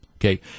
Okay